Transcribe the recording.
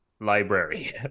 library